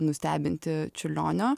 nustebinti čiurlionio